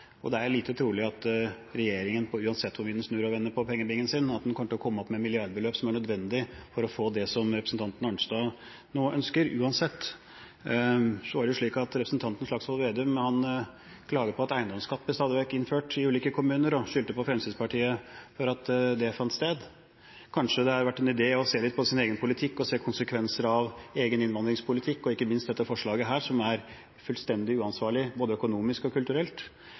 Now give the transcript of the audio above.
hvor mye den snur og vender på pengebingen sin – kommer til å komme opp med milliardbeløp som er nødvendig for å få det som representanten Arnstad nå ønsker. Representanten Slagsvold Vedum klaget på at eiendomsskatt stadig vekk blir innført i ulike kommuner og skyldte på Fremskrittspartiet for at det fant sted. Kanskje det hadde vært en idé å se litt på sin egen politikk og se konsekvenser av egen innvandringspolitikk og ikke minst dette forslaget, som er fullstendig uansvarlig både økonomisk og kulturelt.